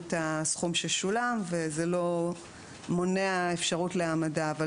את הסכום ששולם וזה לא מונע אפשרות להעמדה לדין.